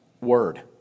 Word